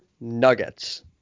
Nuggets